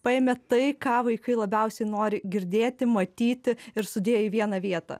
paėmė tai ką vaikai labiausiai nori girdėti matyti ir sudėjo į vieną vietą